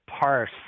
parse